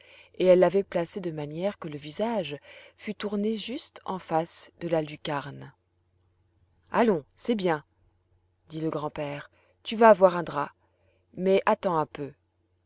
et elle l'avait placé de manière que le visage fût tourné juste en face de la lucarne allons c'est bien dit le grand-père tu vas avoir un drap mais attends un peu